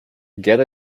get